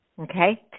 okay